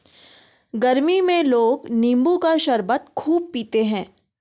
गरमी में लोग नींबू का शरबत खूब पीते है